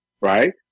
right